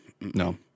No